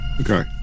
Okay